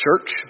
Church